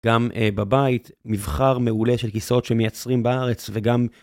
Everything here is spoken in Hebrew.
גם בבית, מבחר מעולה של כיסאות שמייצרים בארץ, וגם...